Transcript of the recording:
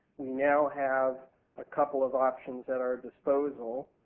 we now have a couple of options at our disposal,